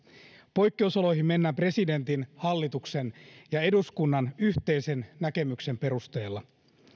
poikkeusoloihin mennään presidentin hallituksen ja eduskunnan yhteisen näkemyksen perusteella